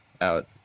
out